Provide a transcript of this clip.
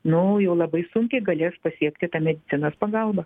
nu jau labai sunkiai galės pasiekti tą medicinos pagalbą